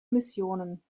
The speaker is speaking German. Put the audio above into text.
missionen